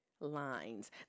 Lines